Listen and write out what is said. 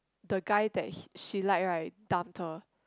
the guy that she she like right dumped her